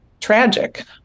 tragic